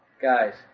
guys